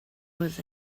was